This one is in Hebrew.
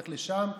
הולך לשם,